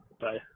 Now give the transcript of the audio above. bye